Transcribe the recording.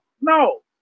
No